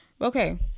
Okay